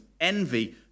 envy